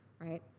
right